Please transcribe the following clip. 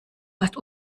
fast